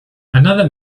another